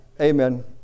Amen